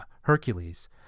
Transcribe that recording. Hercules